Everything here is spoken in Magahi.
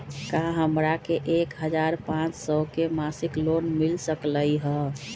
का हमरा के एक हजार पाँच सौ के मासिक लोन मिल सकलई ह?